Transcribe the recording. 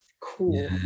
cool